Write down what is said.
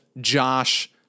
Josh